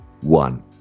one